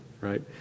Right